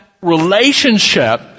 relationship